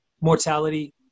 mortality